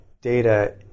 data